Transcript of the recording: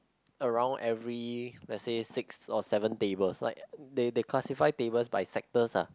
around every lets say six or seven tables like they they classify tables by sectors ah